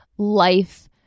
life